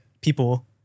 people